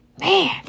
Man